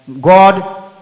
God